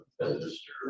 register